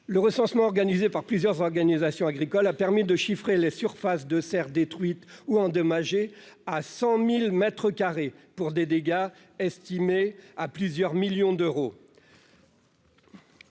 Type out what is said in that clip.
Le recensement organisé par plusieurs organisations agricoles a permis d'évaluer les surfaces de serres détruites ou endommagées à 100 000 mètres carrés et d'estimer les dégâts à plusieurs millions d'euros.